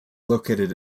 located